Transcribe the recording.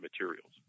materials